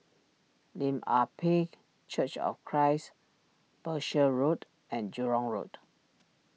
Lim Ah Pin Church of Christ Berkshire Road and Jurong Road